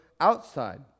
outside